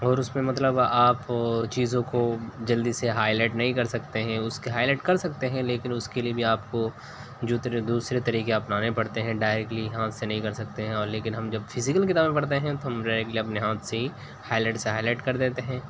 اور اس میں مطلب آپ چیزوں کو جلدی سے ہائی لائٹ نہیں کر سکتے ہیں اس کے ہائی لائٹ کر سکتے ہیں لیکن اس کے لیے بھی آپ کو دوسرے دوسرے طریقے اپنانے پڑتے ہیں ڈائریکٹلی ہاتھ سے نہیں کر سکتے ہیں اور لیکن ہم جب فزیکل کتابیں پڑھتے ہیں تو ہم ڈائریکٹلی اپنے ہاتھ سے ہی ہائی لائٹ سے ہائی لائٹ کر دیتے ہیں